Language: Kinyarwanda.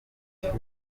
itatu